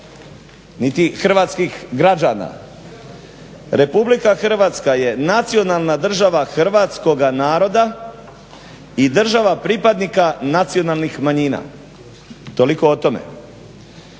niti hrvatskih građana. Republika Hrvatska je nacionalna država Hrvatskoga naroda i država pripadnika nacionalnih manjina. Toliko o tome.